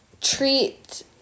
treat